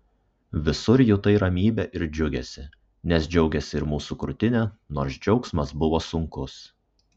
visur jutai ramybę ir džiugesį nes džiaugėsi ir mūsų krūtinė nors džiaugsmas buvo sunkus